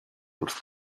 wrth